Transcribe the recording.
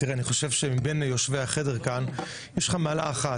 אני חושב שמבין יושבי החדר כאן יש לך מעלה אחת,